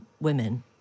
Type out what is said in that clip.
women